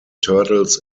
turtles